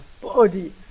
body